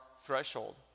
threshold